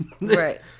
right